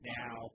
now